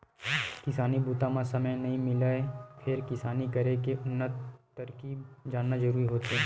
किसानी बूता म समे नइ मिलय फेर किसानी करे के उन्नत तरकीब जानना जरूरी होथे